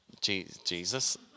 Jesus